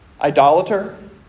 Idolater